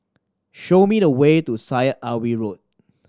show me the way to Syed Alwi Road